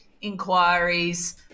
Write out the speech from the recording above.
inquiries